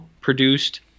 produced